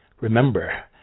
Remember